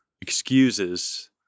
excuses